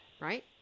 right